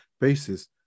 basis